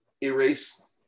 erase